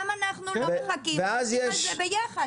למה אנחנו לא מחכים ועושים את זה ביחד?